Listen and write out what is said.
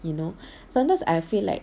you know sometimes I feel like